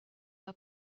n’a